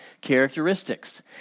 characteristics